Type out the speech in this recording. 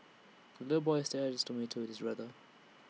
the little boy shared his tomato with his brother